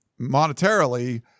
monetarily